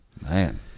man